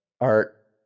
Art